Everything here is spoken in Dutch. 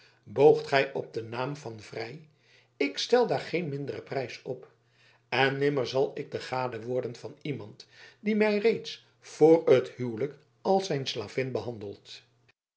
boogt gij op den naam van vrij ik stel daar geen minderen prijs op en nimmer zal ik de gade worden van iemand die mij reeds vr het huwelijk als zijn slavin behandelt